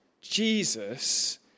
Jesus